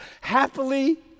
happily